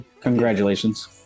congratulations